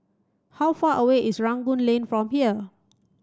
how far away is Rangoon Lane from here